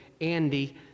Andy